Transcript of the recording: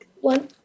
one